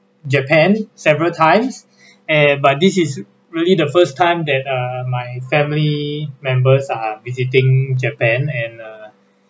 japan several times eh but this is really the first time that uh my family members are visiting japan and uh